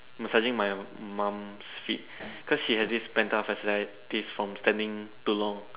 massaging my mum's feet because she have this plantar fasciitis from standing too long